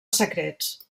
secrets